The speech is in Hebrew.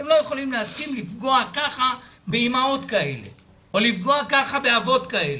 אתם לא יכולים להסכים לפגוע ככה באימהות כאלה או לפגוע ככה באבות כאלה,